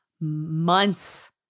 months